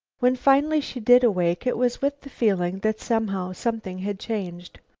when finally she did awake, it was with the feeling that somehow something had changed.